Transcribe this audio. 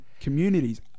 communities